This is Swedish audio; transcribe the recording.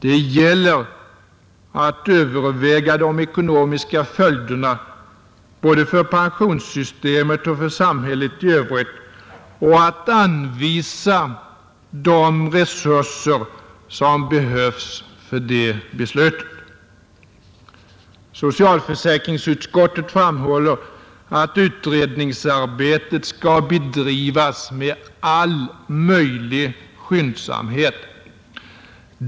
Det gäller att överväga de ekonomiska följderna både för pensionssystemet och för samhället i övrigt — och att anvisa de resurser som behövs för ett beslut. Socialförsäkringsutskottet framhåller att utredningsarbetet skall bedrivas ”med all möjlig skyndsamhet”.